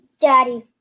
Daddy